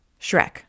Shrek